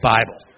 Bible